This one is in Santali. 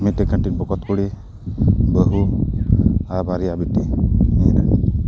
ᱢᱤᱛᱤᱡ ᱠᱟᱹᱴᱤᱡ ᱵᱚᱠᱚᱛ ᱠᱩᱲᱤ ᱵᱟᱹᱦᱩ ᱟᱨ ᱵᱟᱨᱭᱟ ᱵᱤᱴᱤ ᱤᱧ ᱨᱮᱱ